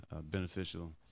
beneficial